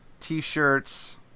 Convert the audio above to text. T-shirts